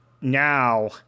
now